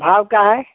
भाव क्या है